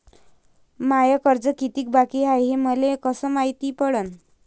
माय कर्ज कितीक बाकी हाय, हे मले कस मायती पडन?